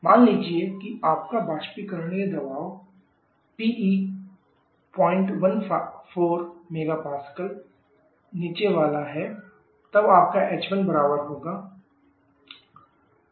मान लीजिए कि आपका बाष्पीकरणीय दबाव है PE 014 MPa नीचे वाला तब आपका h1 बराबर होगा h1